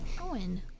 Owen